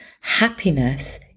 Happiness